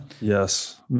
Yes